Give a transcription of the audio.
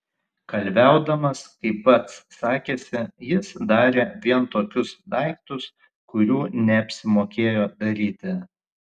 kalviaudamas kaip pats sakėsi jis darė vien tokius daiktus kurių neapsimokėjo daryti